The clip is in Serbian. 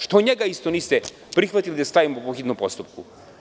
Što njega isto niste prihvatili da stavimo po hitnom postupku.